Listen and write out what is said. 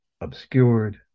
obscured